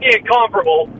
incomparable